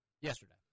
Yesterday